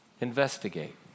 investigate